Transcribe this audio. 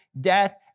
death